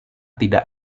tidak